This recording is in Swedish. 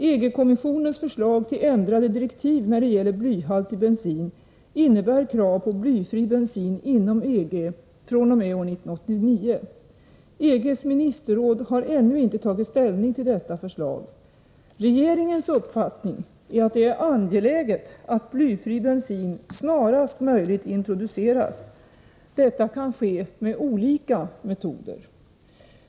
EG-kommissionens förslag till ändrade direktiv när det gäller blyhalt i bensin innebär krav på blyfri bensin inom EG fr.o.m. år 1989. EG:s ministerråd har ännu inte tagit ställning till detta förslag. Regeringens uppfattning är att det är angeläget att blyfri bensin snarast möjligt introduceras. Detta kan ske med olika metoder.